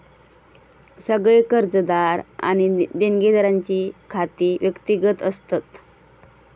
सगळे कर्जदार आणि देणेकऱ्यांची खाती व्यक्तिगत असतत